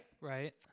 Right